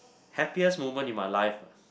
happiest moment in my life ah